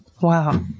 Wow